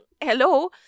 hello